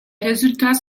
résultats